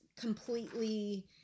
completely